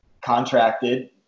contracted